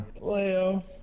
leo